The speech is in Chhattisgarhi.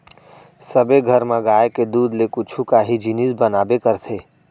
सबे घर म गाय के दूद ले कुछु काही जिनिस बनाबे करथे